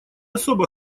особо